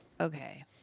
okay